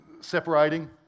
separating